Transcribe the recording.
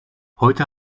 heute